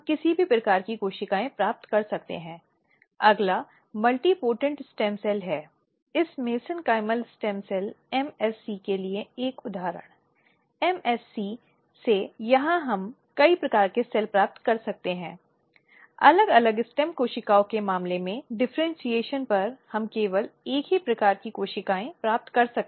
कुछ मात्रा में अव्यावहारिकता का प्रदर्शन आत्मविश्वास पैदा करना उन पक्षों के लिए एक सुरक्षित वातावरण बनाना जहां किसी भी प्रकार के पूर्वाग्रह किसी भी तरह के पूर्वाग्रहों के पक्ष में या किसी भी पक्ष में विचाराधीन न हों